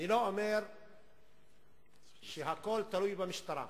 אני לא אומר שהכול תלוי במשטרה.